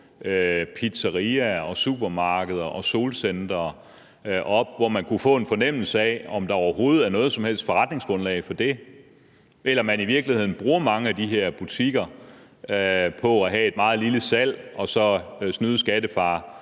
pizzeriaer og supermarkeder og solcentre op, hvor man kunne få en fornemmelse af, om der overhovedet er noget som helst forretningsgrundlag for det, eller om man i virkeligheden bruger mange af de her butikker på at have et meget lille salg og så snyde skattefar